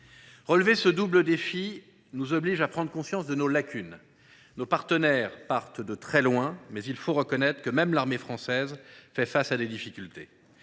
Relever ce double défi nous oblige à prendre conscience de nos lacunes. Nos partenaires partent de très loin, mais il faut reconnaître que même l’armée française fait face à des difficultés.